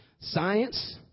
Science